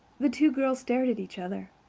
the two girls stared at each other.